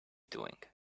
doing